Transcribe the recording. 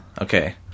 Okay